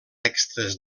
extres